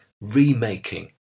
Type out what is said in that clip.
remaking